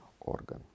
organ